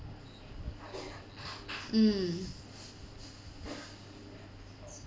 mm